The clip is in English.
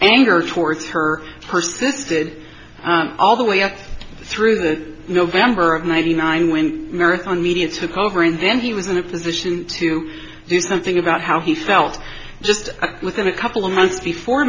anger towards her persis did all the way up through the november of ninety nine when marathon media took over and then he was in a position to do something about how he felt just within a couple of months before